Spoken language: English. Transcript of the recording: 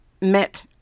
met